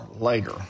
later